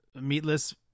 meatless